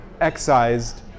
excised